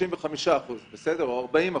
ב-35% או ב-40%,